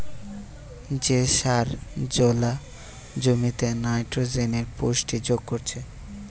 যে সার জোলা জমিতে নাইট্রোজেনের পুষ্টি যোগ করছে